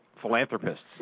philanthropists